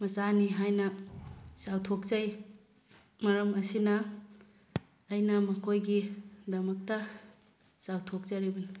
ꯃꯆꯥꯅꯤ ꯍꯥꯏꯅ ꯆꯥꯎꯊꯣꯛꯆꯩ ꯃꯔꯝ ꯑꯁꯤꯅ ꯑꯩꯅ ꯃꯈꯣꯏꯒꯤ ꯗꯃꯛꯇ ꯆꯥꯎꯊꯣꯛꯆꯔꯤꯕꯅꯤ